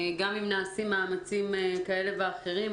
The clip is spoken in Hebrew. גם אם נעשים מאמצים כאלה ואחרים,